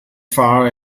far